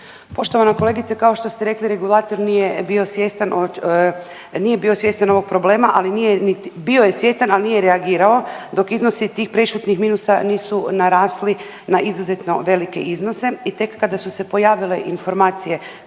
Poštovana kolegice kao što ste rekli regulator nije bio svjestan ovog problem, bio je svjestan ali nije reagirao dok iznosi tih prešutnih minusa nisu narasli na izuzetno velike iznose i tek kada su se pojavile informacije